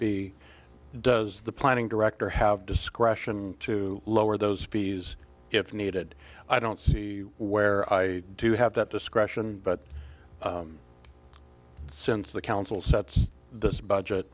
be does the planning director have discretion to lower those fees if needed i don't see where i do have that discretion but since the council sets this